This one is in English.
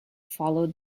followed